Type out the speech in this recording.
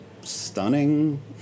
stunning